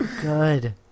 good